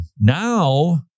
Now